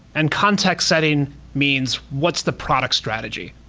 and context setting means what's the product strategy.